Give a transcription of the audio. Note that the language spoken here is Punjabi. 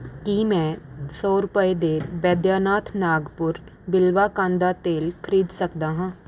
ਕੀ ਮੈਂ ਸੌ ਰੁਪਏ ਦੇ ਬੈਦਿਆਨਾਥ ਨਾਗਪੁਰ ਬਿਲਵਾ ਕੰਨ ਦਾ ਤੇਲ ਖਰੀਦ ਸਕਦਾ ਹਾਂ